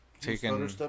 taking